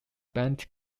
banned